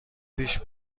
پیش